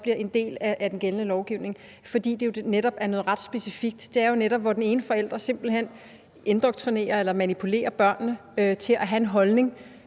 bliver en del af den gældende lovgivning, fordi det jo netop er noget ret specifikt. Det er jo netop, hvor den ene forælder simpelt hen indoktrinerer eller manipulerer børnene til at have en holdning,